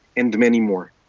and many more.